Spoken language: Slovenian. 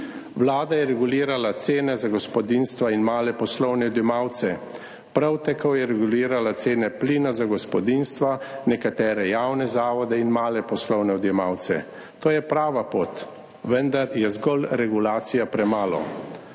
Vlada je regulirala cene za gospodinjstva in male poslovne odjemalce, prav tako je regulirala cene plina za gospodinjstva, nekatere javne zavode in male poslovne odjemalce. To je prava pot, vendar je zgolj regulacija premalo.